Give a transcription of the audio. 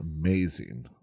Amazing